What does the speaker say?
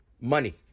money